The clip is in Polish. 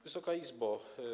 Wysoka Izbo!